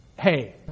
hey